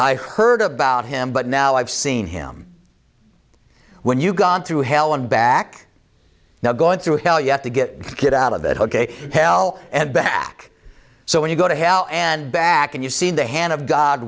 i heard about him but now i've seen him when you've gone through hell and back now going through hell you have to get the kid out of that ok hell and back so when you go to hell and back and you see the hand of god